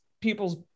people's